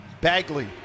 bagley